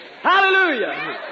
Hallelujah